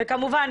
וכמובן,